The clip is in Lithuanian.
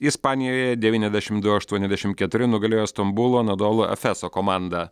ispanijoje devyniasdešim du aštuoniasdešim keturi nugalėjo stambulo nodolo efeso komandą